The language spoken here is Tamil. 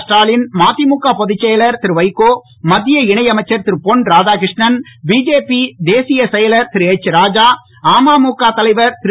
ஸ்டாலின் மதிமுக பொதுச்செயலர் திரு வைகோ மத்திய இணை அமைச்சர் திரு பொன் ராதாகிருஷ்ணன் பிஜேபி தேசியச் செயலர் திரு எச் ராஜா அமமுக தலைவர் திரு